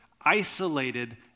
isolated